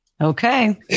Okay